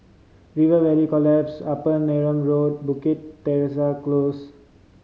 Rivervale Close Upper Neram Road Bukit Teresa Close